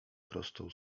prostą